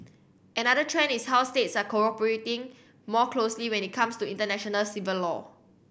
another trend is how states are cooperating more closely when it comes to international civil law